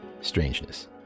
strangeness